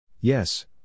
Yes